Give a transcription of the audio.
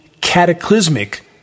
cataclysmic